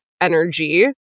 energy